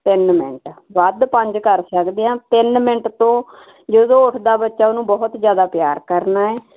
ਤਿੰਨ ਮਿੰਟ ਵੱਧ ਪੰਜ ਕਰ ਸਕਦੇ ਆ ਤਿੰਨ ਮਿੰਟ ਤੋਂ ਜਦੋਂ ਉੱਠਦਾ ਬੱਚਾ ਉਹਨੂੰ ਬਹੁਤ ਜਿਆਦਾ ਪਿਆਰ ਕਰਨਾ ਏ